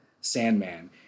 Sandman